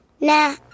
Nah